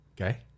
Okay